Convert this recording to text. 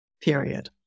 period